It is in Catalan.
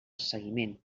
seguiment